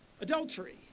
adultery